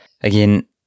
Again